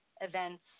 events